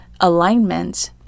alignment